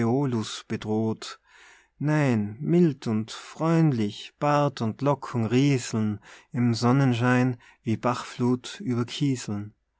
bedroht nein mild und freundlich bart und locken rieseln im sonnenschein wie bachfluth über kieseln